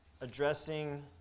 Addressing